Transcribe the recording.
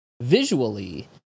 visually